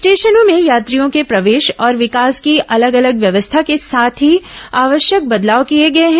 स्टेशनों में यात्रियों के प्रवेश और विकास की अलग अलग व्यवस्था के साथ ही आवश्यक बदलाव किए गए हैं